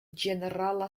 ĝenerala